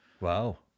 Wow